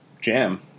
jam